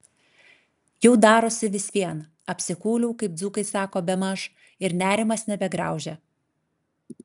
jau darosi vis vien apsikūliau kaip dzūkai sako bemaž ir nerimas nebegraužia